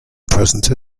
present